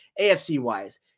AFC-wise